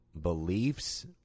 beliefs